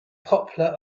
popular